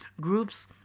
Groups